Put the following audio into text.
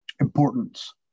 importance